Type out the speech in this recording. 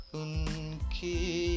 unki